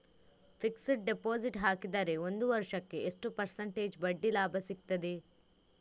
Fixed deposit ಹಾಕಿದರೆ ಒಂದು ವರ್ಷಕ್ಕೆ ಎಷ್ಟು ಪರ್ಸೆಂಟೇಜ್ ಬಡ್ಡಿ ಲಾಭ ಸಿಕ್ತದೆ?